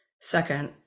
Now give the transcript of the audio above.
second